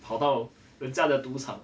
跑到人家的赌场